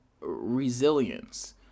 resilience